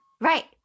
right